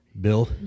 Bill